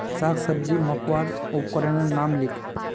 साग सब्जी मपवार उपकरनेर नाम लिख?